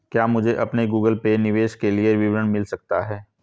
क्या मुझे अपने गूगल पे निवेश के लिए विवरण मिल सकता है?